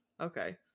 Okay